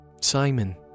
simon